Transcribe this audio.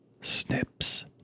snips